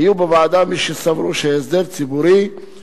היו בוועדה מי שסברו ששמירת הסדר הציבורי היא